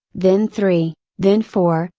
then three, then four,